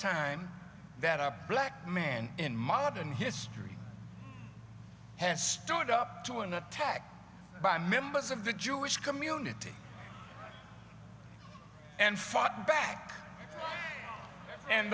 time that our black man in modern history has stood up to an attack by members of the jewish community and fought back and